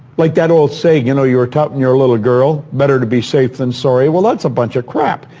like that old saying, you know, you were taught when and you were a little girl better to be safe than sorry. well that's a bunch of crap.